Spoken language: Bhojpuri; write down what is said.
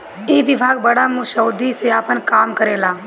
ई विभाग बड़ा मुस्तैदी से आपन काम करेला